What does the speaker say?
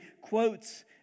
quotes